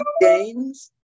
games